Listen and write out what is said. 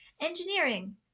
engineering